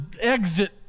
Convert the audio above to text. exit